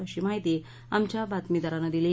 अशी माहिती आमच्या बातमीदारांन दिली